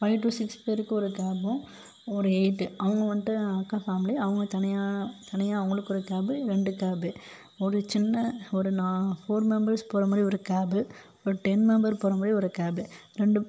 five two six பேருக்கு ஒரு கேப்பும் ஒரு எயிட்டு அவங்க வந்துட்டு அக்கா ஃபேமிலி அவங்க தனியாக தனியாக அவங்களுக்கு ஒரு கேபு ரெண்டு கேபு ஒரு சின்ன ஒரு நான் ஃபோர் மெம்பர்ஸ் போகிற மாதிரி ஒரு கேபு ஒரு டென் மெம்பர் போகிற மாதிரி ஒரு கேபு ரெண்டு